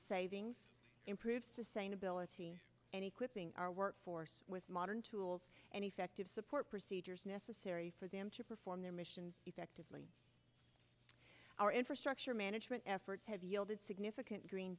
savings improve sustainability and equipping our workforce with modern tools and effective support procedures necessary for them to perform their mission effectively our infrastructure management efforts have yielded significant green